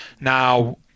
Now